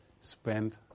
spend